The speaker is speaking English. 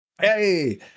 Hey